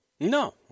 No